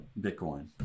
Bitcoin